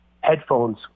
headphones